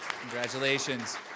Congratulations